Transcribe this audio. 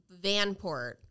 Vanport